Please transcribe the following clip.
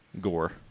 Gore